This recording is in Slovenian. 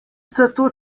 zato